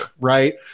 Right